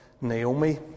Naomi